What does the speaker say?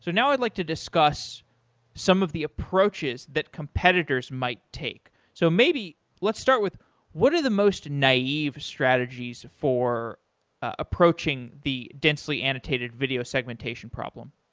so now, i'd like to discuss some of the approaches that competitors might take. so maybe let's start with what are the most naive strategies for approaching the densely annotated video segmentation problem.